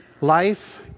life